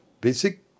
Basic